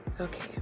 Okay